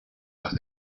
los